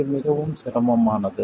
இது மிகவும் சிரமமானது